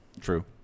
True